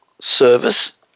service